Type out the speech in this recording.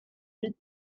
huit